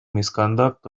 misconduct